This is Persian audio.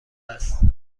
است